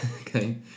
Okay